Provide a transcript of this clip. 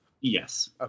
Yes